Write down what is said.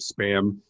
spam